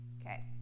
Okay